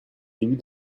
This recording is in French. début